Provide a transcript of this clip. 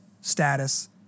status